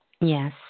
Yes